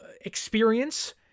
experience